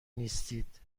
نیستید